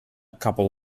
couple